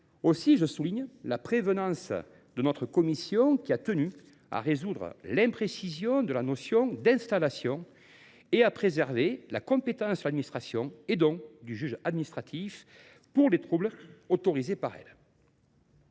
ailleurs, je souligne la prévoyance de notre commission, qui a tenu à remédier à l’imprécision de la notion d’« installation » et à préserver la compétence de l’administration – donc du juge administratif – pour les troubles autorisés par elle.